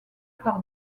par